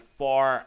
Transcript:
far